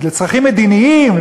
לצרכים מדיניים.